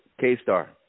K-Star